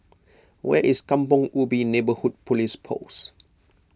where is Kampong Ubi Neighbourhood Police Post